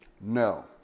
no